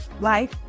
life